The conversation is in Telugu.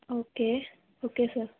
okay okay sir